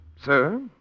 Sir